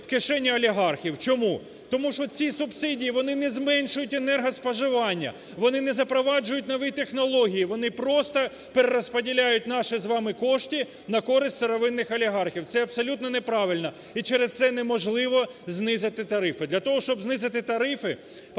в кишені олігархів. Чому? Тому що ці субсидії, вони не зменшують енергоспоживання, вони не запроваджують нові технології, вони просто перерозподіляють наші з вами кошти на користь сировинних олігархів, це абсолютно неправильно і через це неможливо знизити тарифи. Для того, щоб знизити тарифи,